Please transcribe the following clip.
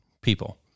people